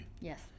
yes